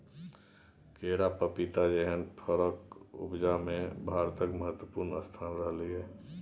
केरा, पपीता जेहन फरक उपजा मे भारतक महत्वपूर्ण स्थान रहलै यै